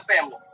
family